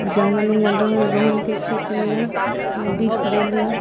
जंगल उंगल रहै है गहूॅंमके खेतमे बीछ देली